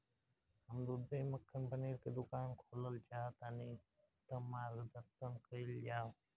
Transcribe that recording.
हम दूध दही मक्खन पनीर के दुकान खोलल चाहतानी ता मार्गदर्शन कइल जाव?